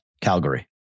Calgary